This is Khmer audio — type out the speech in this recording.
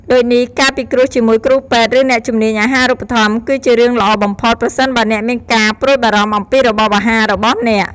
ដូចនេះ ការពិគ្រោះជាមួយគ្រូពេទ្យ ឬអ្នកជំនាញអាហារូបត្ថម្ភគឺជារឿងល្អបំផុត ប្រសិនបើអ្នកមានការព្រួយបារម្ភអំពីរបបអាហាររបស់អ្នក។